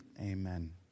Amen